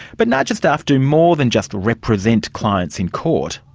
but naaja staff do more than just represent clients in court.